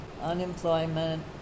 unemployment